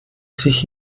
sich